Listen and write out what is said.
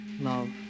Love